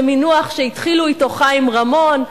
זה מינוח שהתחיל אתו חיים רמון,